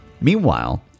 Meanwhile